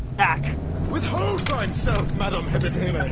ack withold thynself madam hebihime? ah